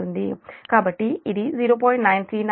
కాబట్టి ఇది 0